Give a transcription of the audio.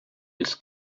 its